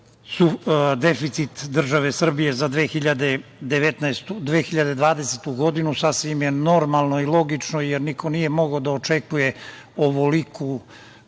deficit države Srbije za 2019/2020 godinu, sasvim je normalno i logično jer niko nije mogao da očekuje ovoliku